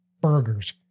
burgers